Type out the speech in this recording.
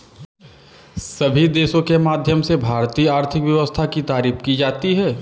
सभी देशों के माध्यम से भारतीय आर्थिक व्यवस्था की तारीफ भी की जाती है